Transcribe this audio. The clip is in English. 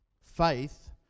Faith